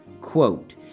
Quote